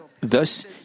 Thus